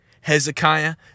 Hezekiah